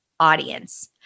audience